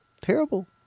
Terrible